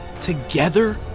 together